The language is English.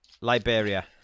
Liberia